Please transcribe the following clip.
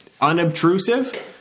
unobtrusive